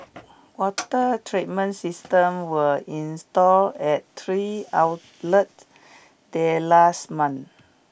water treatment system were install at three outlet there last month